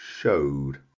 Showed